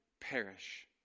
perish